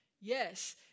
Yes